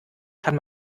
kann